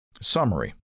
Summary